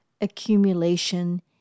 accumulation